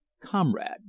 Comrade